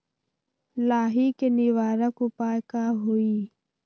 लाही के निवारक उपाय का होई?